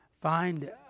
find